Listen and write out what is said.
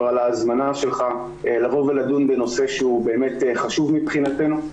על ההזמנה שלך לבוא ולדון בנושא שהוא באמת חשוב מבחינתנו.